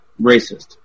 racist